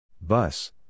Bus